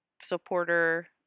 supporter